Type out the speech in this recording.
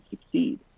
succeed